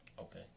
okay